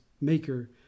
maker